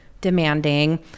demanding